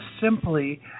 simply